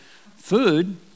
food